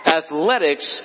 athletics